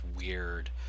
weird